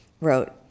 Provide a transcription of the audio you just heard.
wrote